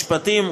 משרד המשפטים,